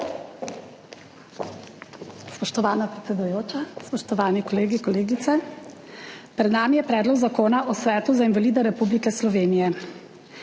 Spoštovana predsedujoča, spoštovani kolegi, kolegice! Pred nami je Predlog zakona o Svetu za invalide Republike Slovenije.